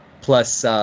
Plus